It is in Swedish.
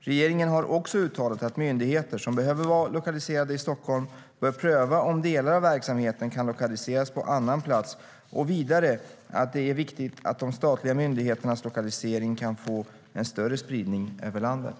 Regeringen har också uttalat att myndigheter som behöver vara lokaliserade i Stockholm bör pröva om delar av verksamheten kan lokaliseras till annan plats och vidare att det är viktigt att de statliga myndigheternas lokalisering kan få större spridning över landet.